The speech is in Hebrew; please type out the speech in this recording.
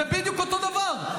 זה בדיוק אותו דבר.